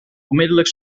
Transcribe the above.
onmiddellijk